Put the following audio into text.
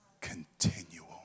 continual